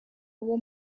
uwo